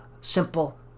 simple